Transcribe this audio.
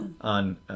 on